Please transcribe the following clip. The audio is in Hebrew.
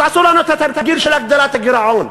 אז עשו לנו את התרגיל של הגדלת הגירעון,